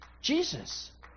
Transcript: Jesus